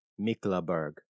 Miklaburg